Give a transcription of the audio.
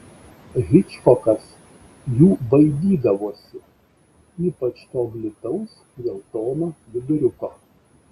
hičkokas jų baidydavosi ypač to glitaus geltono viduriuko